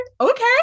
Okay